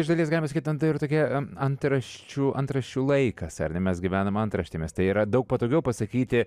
iš dalies galima sakyt ten yra tokie antraščių antraščių laikas ar ne mes gyvenam antraštėmis tai yra daug patogiau pasakyti